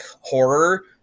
horror